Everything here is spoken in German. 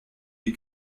die